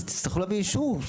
אז יצטרכו להביא אישור,